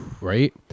right